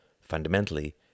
fundamentally